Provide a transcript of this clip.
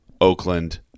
Oakland